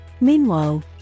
Meanwhile